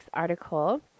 article